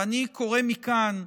ואני קורא מכאן,